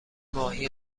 ماهی